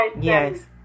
Yes